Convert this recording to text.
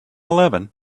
eleven